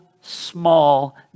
small